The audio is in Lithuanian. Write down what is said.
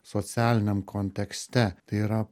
socialiniam kontekste tai yra